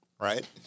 right